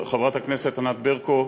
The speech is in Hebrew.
חברת הכנסת ד"ר ענת ברקו,